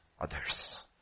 Others